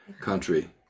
country